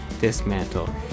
Dismantle